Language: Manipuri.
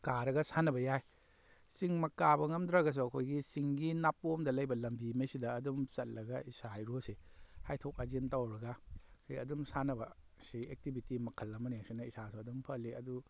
ꯀꯥꯔꯒ ꯁꯥꯟꯅꯕ ꯌꯥꯏ ꯆꯤꯡꯃꯛ ꯀꯥꯕ ꯉꯝꯗ꯭ꯔꯒꯁꯨ ꯑꯩꯈꯣꯏꯒꯤ ꯆꯤꯡꯒꯤ ꯅꯥꯄꯣꯝꯗ ꯂꯩꯕ ꯂꯝꯕꯤꯃꯩꯁꯤꯗ ꯑꯗꯨꯝ ꯆꯠꯂꯒ ꯏꯁꯥ ꯏꯔꯨꯁꯤ ꯍꯥꯏꯊꯣꯛ ꯍꯥꯏꯖꯤꯟ ꯇꯧꯔꯒ ꯑꯩꯈꯣꯏ ꯑꯗꯨꯝ ꯁꯥꯟꯅꯕ ꯁꯤ ꯑꯦꯛꯇꯤꯕꯤꯇꯤ ꯃꯈꯜ ꯑꯃꯅꯤ ꯑꯁꯤꯅ ꯏꯁꯥꯁꯨ ꯑꯗꯨꯝ ꯐꯍꯜꯂꯤ ꯑꯗꯨ